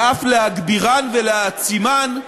ואף להגבירן ולהעצימן,